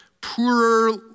poorer